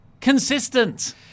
consistent